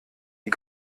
die